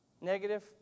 Negative